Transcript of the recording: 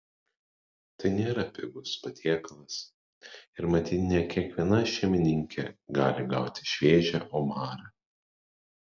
tai nėra pigus patiekalas ir matyt ne kiekviena šeimininkė gali gauti šviežią omarą